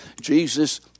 Jesus